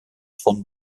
von